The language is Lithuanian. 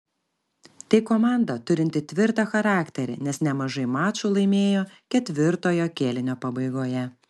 tai komanda turinti tvirtą charakterį nes nemažai mačų laimėjo ketvirtojo kėlinio pabaigoje